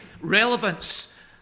relevance